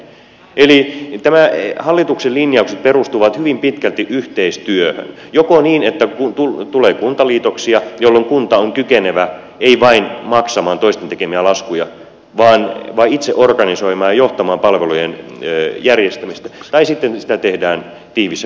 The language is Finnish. eli nämä hallituksen linjaukset perustuvat hyvin pitkälti yhteistyöhön joko niin että tulee kuntaliitoksia jolloin kunta on kykenevä ei vain maksamaan toisten tekemiä laskuja vaan itse organisoimaan ja johtamaan palvelujen järjestämistä tai sitten sitä tehdään tiiviissä yhteistyössä toisten kanssa